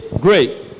great